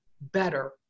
better